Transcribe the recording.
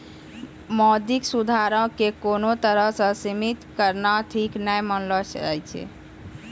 मौद्रिक सुधारो के कोनो तरहो से सीमित करनाय ठीक नै मानलो जाय छै